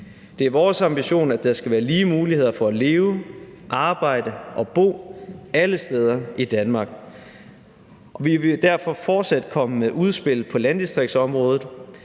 Det er vores ambition, at der skal være lige muligheder for at leve, arbejde og bo alle steder i Danmark. Og vi vil derfor fortsat komme med udspil på landdistriktsområdet,